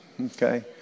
okay